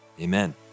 amen